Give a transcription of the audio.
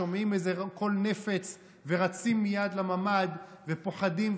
שומעים איזה קול נפץ ורצים מייד לממ"ד ופוחדים.